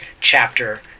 chapter